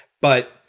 But-